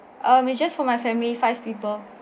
ah is just for my family five people